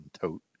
tote